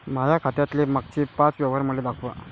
माया खात्यातले मागचे पाच व्यवहार मले दाखवा